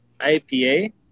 ipa